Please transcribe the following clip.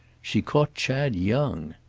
she caught chad young!